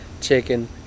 chicken